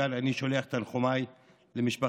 מכאן אני שולח את תנחומיי למשפחה.